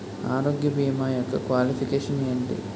ఆరోగ్య భీమా యెక్క క్వాలిఫికేషన్ ఎంటి?